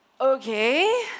Okay